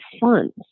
funds